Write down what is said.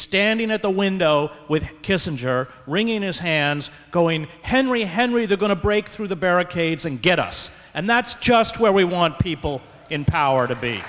standing at the window with kissinger wringing his hands going henry henry they're going to break through the barricades and get us and that's just where we want people in power to